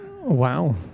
Wow